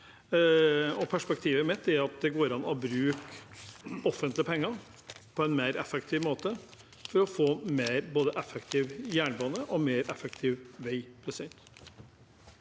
Perspektivet mitt er at det går an å bruke offentlige penger på en mer effektiv måte, for å få både mer effektiv jernbane og mer effektiv vei.